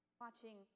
watching